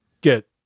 get